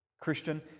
Christian